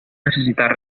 necesitar